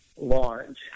launch